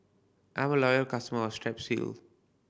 I'm a loyal customer of Strepsil